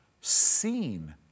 seen